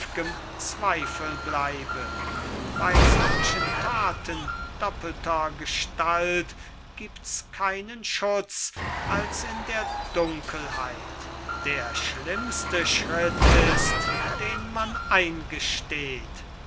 zweifel bleibe bei solchen taten doppelter gestalt gibt's keinen schutz als in der dunkelheit der schlimmste schritt ist den man eingesteht